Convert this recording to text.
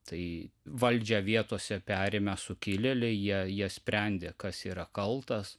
tai valdžią vietose perėmę sukilėliai jie jie sprendė kas yra kaltas